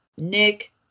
Nick